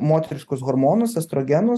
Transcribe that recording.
moteriškus hormonus estrogenus